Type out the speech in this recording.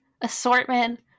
assortment